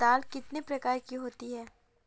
दाल कितने प्रकार की होती है?